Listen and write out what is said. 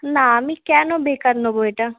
না আমি কেন বেকার নেব এটা